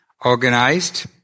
Organized